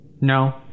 No